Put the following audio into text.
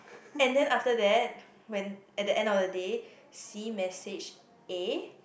and then after that when at the end of the day C messaged A